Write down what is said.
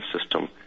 system